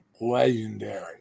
Legendary